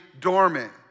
dormant